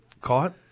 Caught